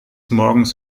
morgens